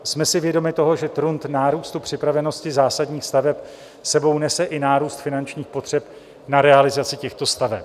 Jsme si vědomi toho, že trend nárůstu připravenosti zásadních staveb sebou nese i nárůst finančních potřeb na realizaci těchto staveb.